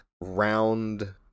round